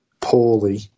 poorly